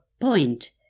point